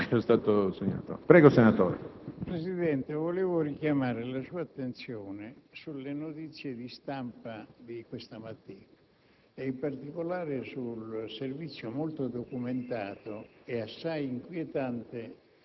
il Presidente del Senato. Staremo a vedere: hanno seguito più e meglio di me, con maggior competenza di me, queste questioni, vedremo e valuteremo, e poi ne discuteremo nel merito, nelle prossime settimane. Grazie comunque, senatore Morando, per il contributo.